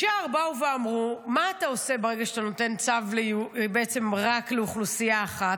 ישר באו ואמרו: מה אתה עושה ברגע שאתה נותן צו בעצם רק לאוכלוסייה אחת,